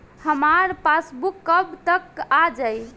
हमार पासबूक कब तक आ जाई?